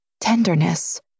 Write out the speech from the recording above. Tenderness